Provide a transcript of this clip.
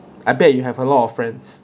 I bet you have a lot of friends